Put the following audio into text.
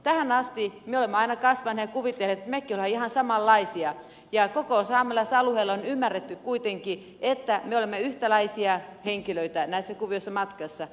tähän asti me olemme aina kasvaneet ja kuvitelleet että mekin olemme ihan samanlaisia ja koko saamelaisalueella on ymmärretty kuitenkin että me olemme yhtäläisiä henkilöitä näissä kuvioissa matkassa